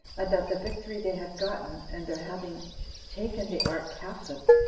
and that the victory they had gotten, and their having taken the ark captive,